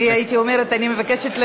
אני הייתי אומרת: אני מבקשת,